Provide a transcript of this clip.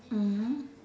mmhmm